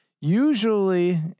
usually